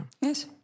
Yes